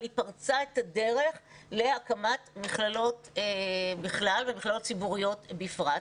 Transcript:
אבל היא פרצה את הדרך להקמת מכללות בכלל ומכללות ציבוריות בפרט.